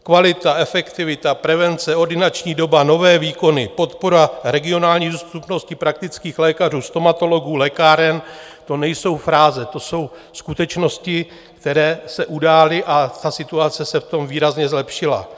Kvalita, efektivita, prevence, ordinační doba, nové výkony, podpora regionální dostupnosti praktických lékařů, stomatologů, lékáren to nejsou fráze, to jsou skutečnosti, které se udály, a situace se v tom výrazně zlepšila.